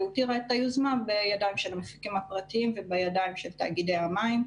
והותירה את היוזמה בידיים של המפיקים הפרטיים ובידיים של תאגידי המים,